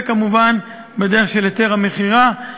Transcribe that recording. וכמובן בדרך של היתר המכירה,